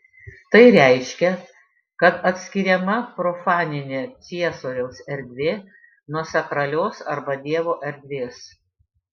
tai reiškia kad atskiriama profaninė ciesoriaus erdvė nuo sakralios arba dievo erdvės